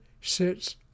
sits